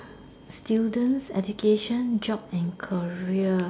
students education job and career